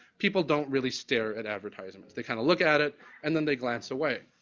people don't really stare at advertisements. they kind of look at it and then they glance away.